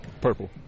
Purple